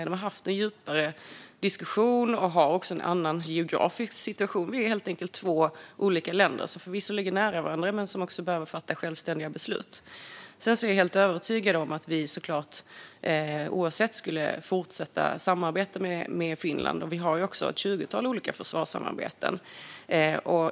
De har haft en djupare diskussion och har också en annan geografisk situation. Vi är helt enkelt två olika länder, som förvisso ligger nära varandra men som också behöver fatta självständiga beslut. Jag är helt övertygad om att vi oavsett skulle fortsätta att samarbeta med Finland. Det finns också ett tjugotal olika försvarssamarbeten.